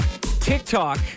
TikTok